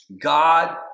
God